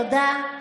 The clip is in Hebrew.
תודה.